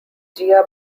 jia